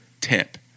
tip